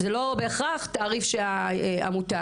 זה לא בהכרח תעריף של העמותה.